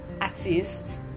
artists